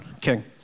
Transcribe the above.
king